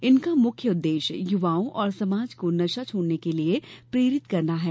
इनका मुख्य उद्देश्य युवाओं और समाज को नशा छोड़ने के लिए प्रेरित करना है